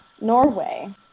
Norway